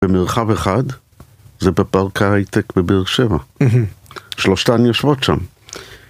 במרחב אחד, זה בפארק ההייטק בבאר שבע. שלושתן יושבות שם.